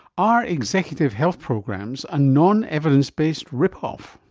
are executive health programs a non-evidence-based rip-off?